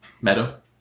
meadow